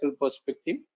perspective